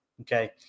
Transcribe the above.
okay